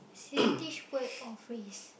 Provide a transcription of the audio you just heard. Singlish word or phrase